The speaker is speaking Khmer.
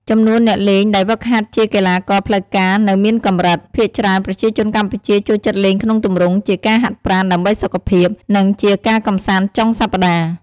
ចំនួនអ្នកលេងដែលហ្វឹកហាត់ជាកីឡាករផ្លូវការ នៅមានកំរិត ភាគច្រើនប្រជាជនកម្ពុជាចូលចិត្តលេងក្នុងទំរង់ជាការហាត់ប្រាណដើម្បីសុខភាព និងជាការកំសាន្តចុងសប្ដាហ៍។